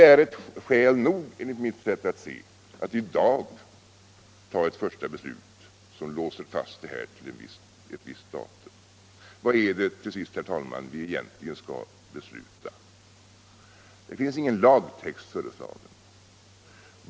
Enligt mitt sätt att se är detta skäl nog för att i dag ta ett första beslut som låser fast detta till ett visst datum. Vad är det egentligen vi här skall besluta om? Det finns ingen lagtext föreslagen.